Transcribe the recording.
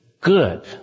good